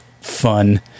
fun